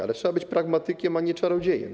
Ale trzeba być pragmatykiem, a nie czarodziejem.